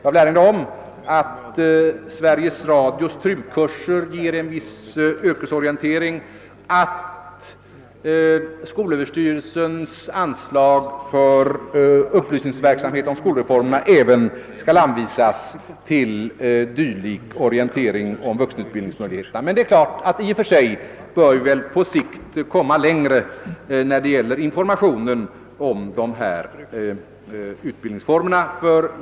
Jag vill erinra om att Sveriges Radios TRU-kurser ger en viss yrkesorientering och att skolöverstyrelsens anslag till upplysningsverksamhet om skolreformerna även skall användas till orientering om vuxenutbildningsmöjligheterna. Men i och för sig bör vi på sikt komma längre när det gäller informationer om dessa utbildningsformer.